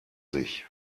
sich